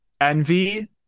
envy